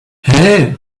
hey